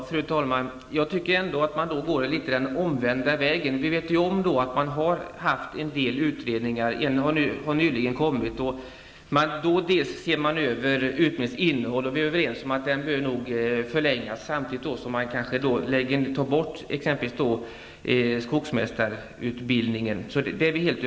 Fru talman! Jag tycker ändå att man då går den omvända vägen. Vi vet om att det har genomförts en del utredningar. En har nyligen presenterats. Bl.a. har man sett över utbildningens innehåll. Vi är överens om att utbildningen behöver förlängas, samtidigt som t.ex. skogsmästarutbildning tas bort.